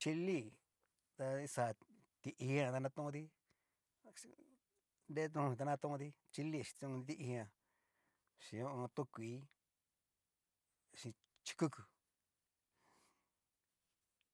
Chilí ta ixa ti'ijan ta nratónti nre noti ta nratonti, chili chin tiijan chin ho o on. tó kuii, chin chi kuku.